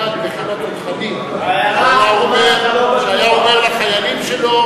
היה נגד בחיל התותחנים שהיה אומר לחיילים שלו